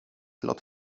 lot